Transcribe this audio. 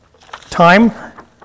time